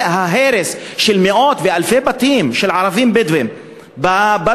ההרס של מאות ואלפי בתים של ערבים בדואים בדרום,